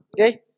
Okay